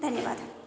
धन्यबाद